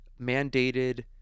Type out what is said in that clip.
mandated